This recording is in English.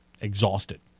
exhausted